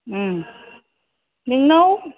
नोंनाव